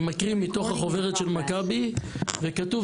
אני מקריא מתוך החוברת של מכבי בה כתוב: